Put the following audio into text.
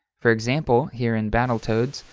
for example, here in battletoads,